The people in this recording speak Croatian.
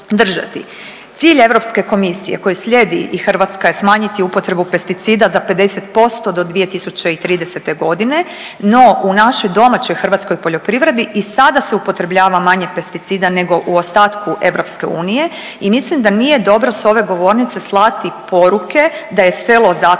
Cilj Europske komisije koji slijedi i Hrvatska je smanjiti upotrebu pesticida za 50% do 2030. godine, no u našoj domaćoj hrvatskoj poljoprivredi i sada se upotrebljava manje pesticida nego u ostatku EU i mislim da nije dobro s ove govornice slati poruke da je selo zatrovano